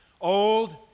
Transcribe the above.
old